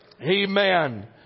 Amen